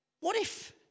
What-if